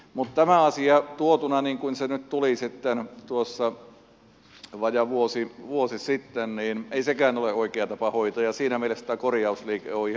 mutta tämä asia tuotuna niin kuin se nyt tuli sitten tuossa vajaa vuosi sitten ei ole sekään oikea tapa hoitaa ja siinä mielessä tämä korjausliike on ihan terve